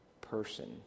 person